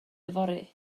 yfory